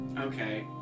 Okay